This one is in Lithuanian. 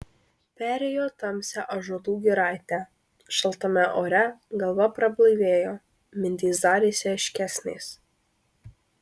perėjo tamsią ąžuolų giraitę šaltame ore galva prablaivėjo mintys darėsi aiškesnės